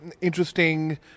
interesting